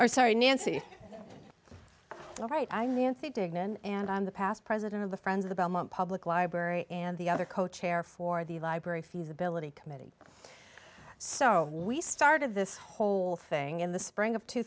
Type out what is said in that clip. or sorry nancy all right i think dignan and i'm the past president of the friends of the belmont public library and the other co chair for the library feasibility committee so we started this whole thing in the spring of two